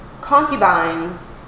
concubines